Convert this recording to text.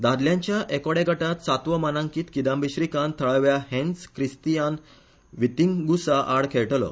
दादल्यांच्या एकोड्या गटांत सातवो मानांकीत किदांबी श्रीकांत थळाव्या हॅन्स क्रिस्तीयान वितींगुसा आड खेळटलो